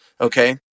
Okay